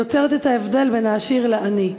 היוצרת את ההבדל בין העשיר לעני".